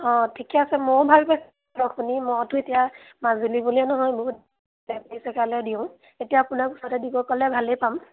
অঁ ঠিকে আছে ময়ো ভাল পাইছোঁ বাৰু শুনি ময়োতো এতিয়া মাজুলী বুলিয়ে নহয় বহুত জেগালৈ দিওঁ এতিয়া আপোনাক ওচৰতে দিব ক'লে ভালেই পাম